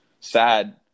sad